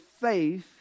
faith